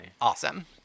awesome